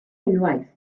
unwaith